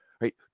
right